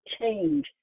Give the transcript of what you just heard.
change